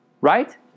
Right